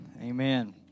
Amen